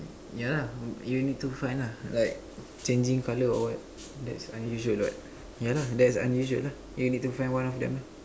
yeah lah you need to find lah like changing colour or what that's unusual what yeah lah that's unusual lah then you need to find one of them ah